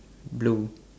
blue